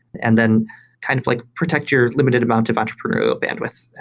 and then kind of like protect your limited amount of entrepreneurial bandwidth.